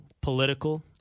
political